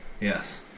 Yes